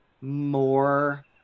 more